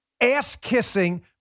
ass-kissing